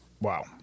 Wow